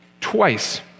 Twice